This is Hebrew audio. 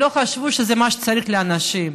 לא חשבו שזה מה שצריך לאנשים.